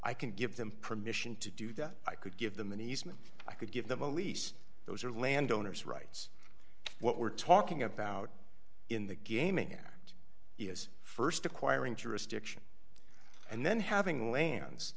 i can give them permission to do that i could give them an easement i could give them a lease those are landowners rights what we're talking about in the gaming here is st acquiring jurisdiction and then having lands